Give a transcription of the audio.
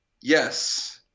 yes